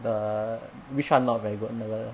the which one not very good the